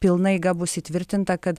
pilna eiga bus įtvirtinta kad